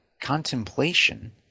contemplation